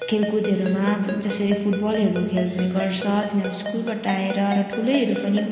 खेलकुदहरूमा जसरी फुटबलहरू खेल्ने गर्छ तिनीहरू स्कुलबाट आएर र ठुलैहरू पनि